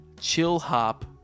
chill-hop